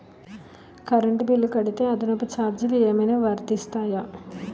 Current bill కడితే అదనపు ఛార్జీలు ఏమైనా వర్తిస్తాయా?